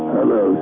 Hello